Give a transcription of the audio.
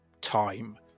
time